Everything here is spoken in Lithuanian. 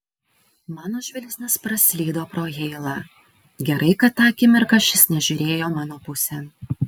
mano žvilgsnis praslydo pro heilą gerai kad tą akimirką šis nežiūrėjo mano pusėn